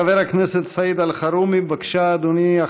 חבר הכנסת סעיד אלחרומי, בבקשה, אדוני.